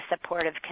supportive